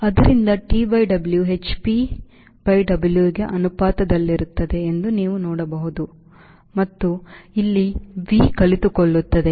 ಆದ್ದರಿಂದ TW hpWಗೆ ಅನುಪಾತದಲ್ಲಿರುತ್ತದೆ ಎಂದು ನೀವು ನೋಡಬಹುದು ಮತ್ತು ಇಲ್ಲಿ V ಕುಳಿತುಕೊಳ್ಳುತ್ತದೆ